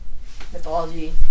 mythology